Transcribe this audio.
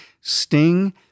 Sting